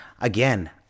again